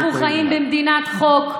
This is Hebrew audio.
אנחנו חיים במדינת חוק,